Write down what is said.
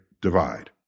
divide